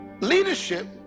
Leadership